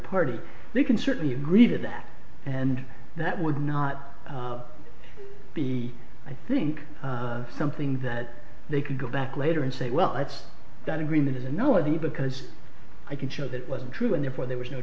party they can certainly agree to that and that would not be i think something that they could go back later and say well that's that agreement is a no idea because i can show that wasn't true and therefore there was no